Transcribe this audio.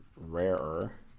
rarer